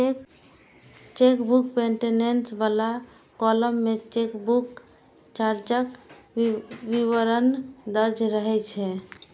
chequebook maintenance बला column मे chequebook चार्जक विवरण दर्ज रहै छै